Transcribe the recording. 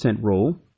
rule